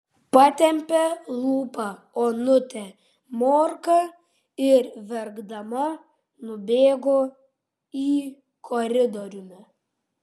patempė lūpą onutė morka ir verkdama nubėgo į koridoriumi